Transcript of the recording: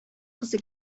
кызы